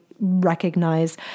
recognize